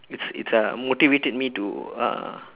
it's it's uh motivated me to uh